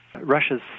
Russia's